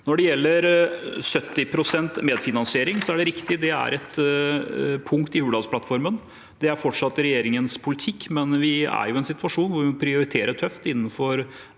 Når det gjelder 70 pst. medfinansiering, er det riktig at det er et punkt i Hurdalsplattformen, og det er fortsatt regjeringens politikk. Men vi er jo i en situasjon hvor vi må prioritere tøft innenfor